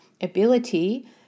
ability